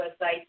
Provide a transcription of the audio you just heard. website